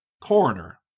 Coroner